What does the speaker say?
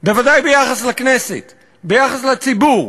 בוודאי ביחס לכנסת, ביחס לציבור,